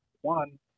one